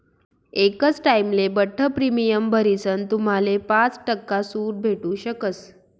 एकच टाइमले बठ्ठ प्रीमियम भरीसन तुम्हाले पाच टक्का सूट भेटू शकस